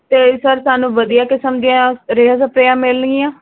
ਅਤੇ ਸਰ ਸਾਨੂੰ ਵਧੀਆ ਕਿਸਮ ਦੀਆਂ ਰੇਹਾਂ ਸਪਰੇਹਾਂ ਮਿਲਣਗੀਆ